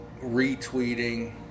retweeting